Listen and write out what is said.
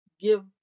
give